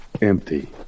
Empty